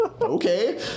okay